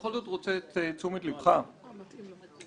בכל זאת רוצה את תשומת לבך, תודה.